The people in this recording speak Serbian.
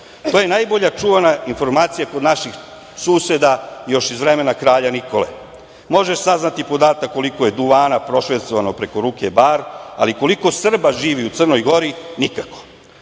To je najbolje čuvana informacija kod naših suseda još iz vremena kralja Nikola. Možeš saznati podatak koliko je duvana prošvercovano preko luke Bar, ali koliko Srba živi u Crnoj Gori nikako.